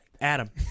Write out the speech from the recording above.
Adam